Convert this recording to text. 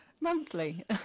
Monthly